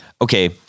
okay